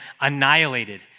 annihilated